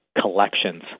collections